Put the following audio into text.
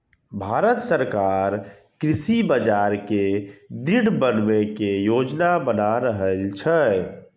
भांरत सरकार कृषि बाजार कें दृढ़ बनबै के योजना बना रहल छै